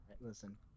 Listen